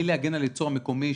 מלהגן על הייצור המקומי,